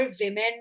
women